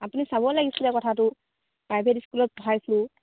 আপুনি চাব লাগিছিলে কথাটো প্ৰাইভেট স্কুলত পঢ়াইছোঁ